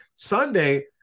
Sunday